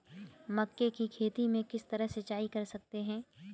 मक्के की खेती में किस तरह सिंचाई कर सकते हैं?